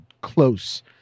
close